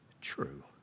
true